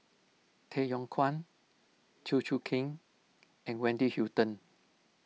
Tay Yong Kwang Chew Choo Keng and Wendy Hutton